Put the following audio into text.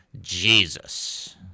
Jesus